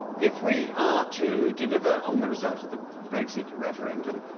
if we are to deliver on the result of the brexit referendum,